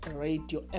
radio